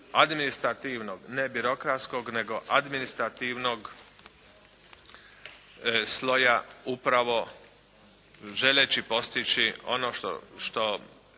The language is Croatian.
administrativnog, ne birokratskog, nego administrativnog sloja upravo želeći postići ono što